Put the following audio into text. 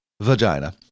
vagina